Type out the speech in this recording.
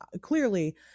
clearly